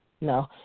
no